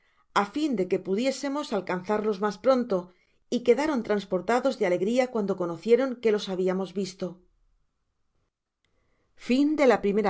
á fin de que pudiésemos alcanzarlos mas pronto y quedaron transportados de alegria cuando conocieron que los habiamos visto